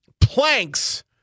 planks